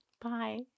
Bye